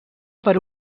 per